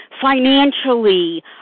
financially